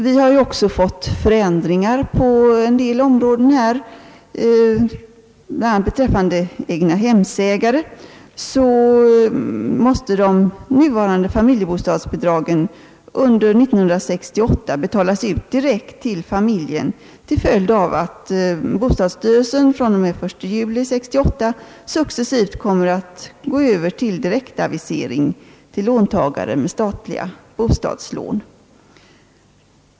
Vi har också fått förändringar på en del områden; bl.a. beträffande egnahemsägare måste de nuvarande familjebostadsbidragen under 1968 betalas ut direkt till familjen till följd av att bostadsstyrelsen fr.o.m. den 1 juli 1968 successivt kommer att gå över till direktavisering till låntagare med statliga bostadslån.